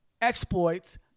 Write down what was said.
exploits